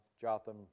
Jotham